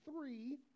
three